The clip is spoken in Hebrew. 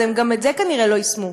הם גם את זה כנראה לא יישמו.